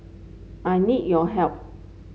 I need your help